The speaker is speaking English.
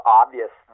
obvious